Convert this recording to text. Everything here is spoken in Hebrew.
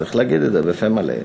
צריך להגיד את זה בפה מלא,